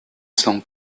cent